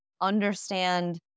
understand